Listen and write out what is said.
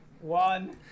one